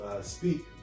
speak